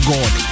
God